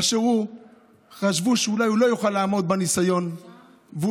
אשר חשבו שאולי לא יוכל לעמוד בניסיון ואולי